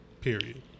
Period